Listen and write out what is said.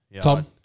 Tom